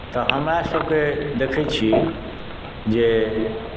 तऽ हमरासभके देखैत छी जे